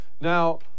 Now